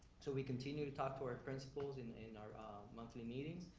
so, we continue to talk to our principals, in in our ah monthly meetings,